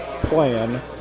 Plan